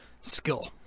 skill